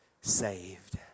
saved